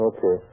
Okay